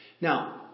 Now